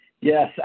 Yes